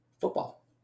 football